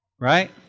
Right